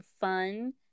fun